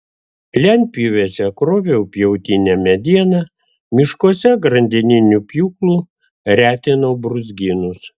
lentpjūvėse kroviau pjautinę medieną miškuose grandininiu pjūklu retinau brūzgynus